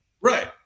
Right